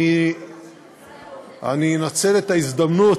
אני אנצל את ההזדמנות,